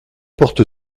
porte